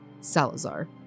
Salazar